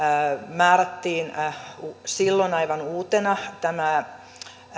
määrättiin silloin aivan uutena tämä